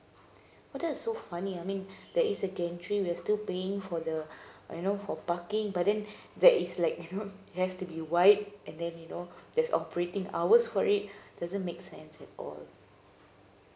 well that's so funny I mean that is the gate entry we'll still paying for the you know for parking but then that is like you know it have to be white and then you know there's operating hours for it doesn't make sense at all